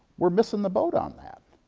we're missing the boat on that.